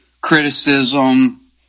criticism